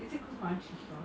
five